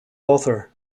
author